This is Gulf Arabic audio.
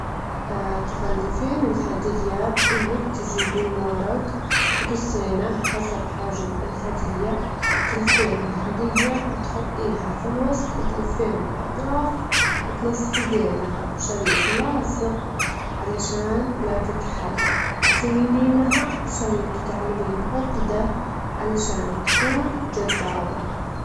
أتمنى لو كان عندي مهارة الطيران، لأنها تعطي شعور بالحرية، تجدرين تصلين لمكانات بعيدة وبسرعة خيالية، دائمًا كنت أحلم إني أكون جادرة أطلع للسما، وإني أجدر أطير، وأتخيل إن عندي جناحات وجاعدة أطير.